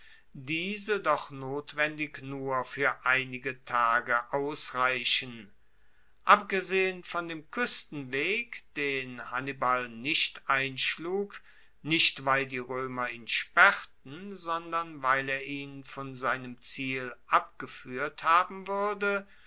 diese doch notwendig nur fuer einige tage ausreichen abgesehen von dem kuestenweg den hannibal nicht einschlug nicht weil die roemer ihn sperrten sondern weil er ihn von seinem ziel abgefuehrt haben wuerde